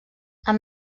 amb